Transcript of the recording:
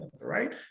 right